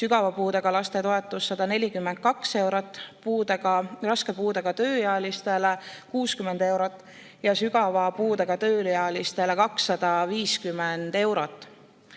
sügava puudega lastel 142 eurot, raske puudega tööealistel 60 eurot ja sügava puudega tööealistel 250 eurot.